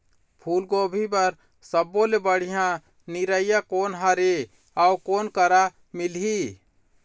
फूलगोभी बर सब्बो ले बढ़िया निरैया कोन हर ये अउ कोन करा मिलही?